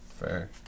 Fair